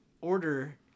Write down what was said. Order